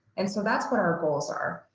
and so that's what our goals are.